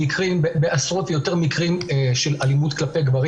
בעשרות יותר מקרים של אלימות כלפי גברים